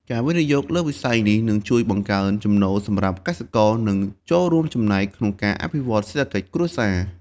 ការវិនិយោគលើវិស័យនេះនឹងជួយបង្កើនចំណូលសម្រាប់កសិករនិងចូលរួមចំណែកក្នុងការអភិវឌ្ឍសេដ្ឋកិច្ចគ្រួសារ។